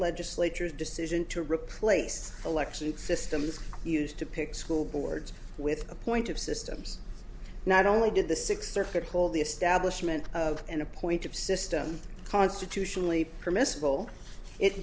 legislature's decision to replace election systems used to pick school boards with a point of systems not only did the sixth circuit hold the establishment of an appointed system constitutionally permissible it